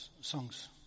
songs